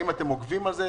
האם אתם עוקבים אחרי זה?